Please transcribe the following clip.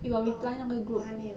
orh 我还没有